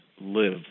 live